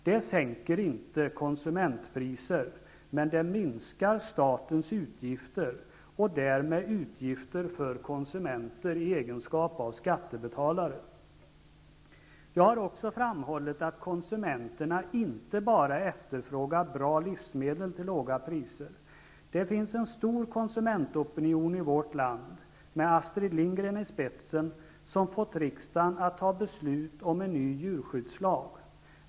Det sänker inte konsumentpriser, men det minskar statens utgifter och därmed utgifter för konsumenter i deras egenskap av skattebetalare. Jag har också framhållit att konsumenterna inte bara efterfrågar bra livsmedel till låga priser. Det finns en stor konsumentopinion i vårt land, med Astrid Lindgren i spetsen, som har fått riksdagen att fatta beslut om en ny djurskyddslag.